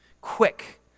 quick